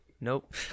Nope